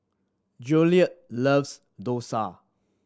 Jolette loves dosa